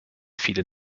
viele